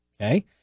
Okay